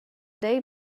they